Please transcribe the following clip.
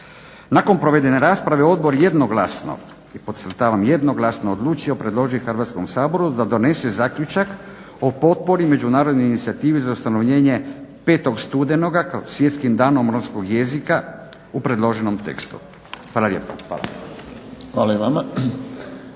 Nakon provedene rasprave odbor je jednoglasno, podcrtavam, jednoglasno odlučio predložiti Hrvatskom saboru da donese zaključak o potpori Međunarodnoj inicijativi za ustanovljenje 5. studenoga kao Svjetskim danom romskog jezika u predloženom tekstu. Hvala lijepa. **Šprem,